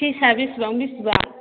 फिसआ बेसेबां बेसेबां